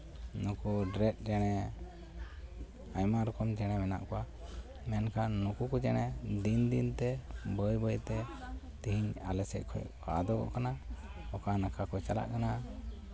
ᱱᱩᱠᱩ ᱰᱮᱨᱮᱜ ᱪᱮᱬᱮ ᱟᱭᱢᱟ ᱨᱚᱠᱚᱢ ᱪᱮᱬᱮ ᱢᱮᱱᱟᱜ ᱠᱚᱣᱟ ᱮᱱᱠᱷᱟᱱ ᱱᱩᱠᱩ ᱠᱚ ᱪᱮᱬᱮ ᱫᱤᱱ ᱫᱤᱱ ᱛᱮ ᱵᱟᱹᱭ ᱵᱟᱹᱭ ᱛᱮ ᱛᱮᱦᱮᱧ ᱟᱞᱮ ᱥᱮᱫ ᱠᱷᱚᱡ ᱠᱚ ᱟᱫᱚ ᱜᱚᱜ ᱠᱟᱱᱟ ᱚᱠᱟ ᱱᱟᱠᱷᱟ ᱠᱚ ᱪᱟᱞᱟᱜ ᱠᱟᱱᱟ